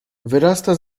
wyrasta